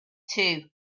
too